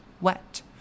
Wet